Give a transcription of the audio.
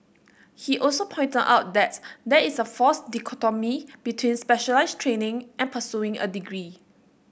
he also pointed out that there is a false dichotomy between specialised training and pursuing a degree